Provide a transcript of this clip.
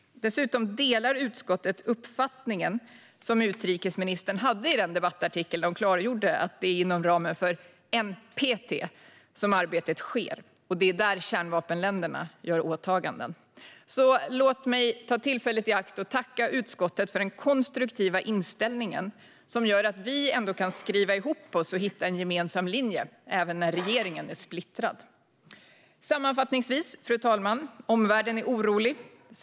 Dessutom delar utskottet den uppfattning som utrikesministern hade i den debattartikel där hon klargjorde att det är inom ramen för NPT som arbetet sker och att det är där som kärnvapenländerna gör åtaganden. Låt mig därför ta tillfället i akt att tacka utskottet för den konstruktiva inställning som gör att vi ändå kan skriva ihop oss och hitta en gemensam linje även när regeringen är splittrad. Fru talman! Sammanfattningsvis: Omvärlden är orolig.